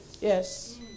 Yes